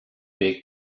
big